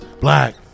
black